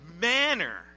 manner